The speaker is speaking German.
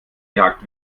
jagd